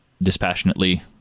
dispassionately